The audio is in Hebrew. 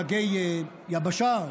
דגי יבשה,